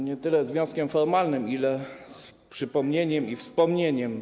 Nie tyle z wnioskiem formalnym, ile z przypomnieniem i wspomnieniem.